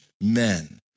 men